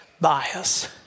bias